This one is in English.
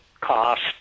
cost